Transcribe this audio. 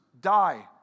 die